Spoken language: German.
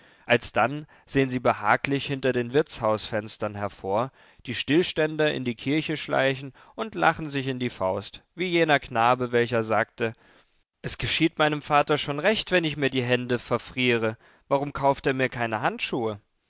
alsdann sehen sie behaglich hinter den wirtshausfenstern hervor die stillständer in die kirche schleichen und lachen sich in die faust wie jener knabe welcher sagte es geschieht meinem vater schon recht wenn ich mir die hände verfriere warum kauft er mir keine handschuhe